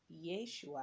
Yeshua